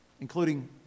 including